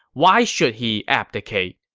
why should he abdicate?